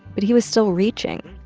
but he was still reaching.